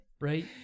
right